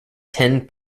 ten